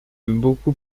beaucoup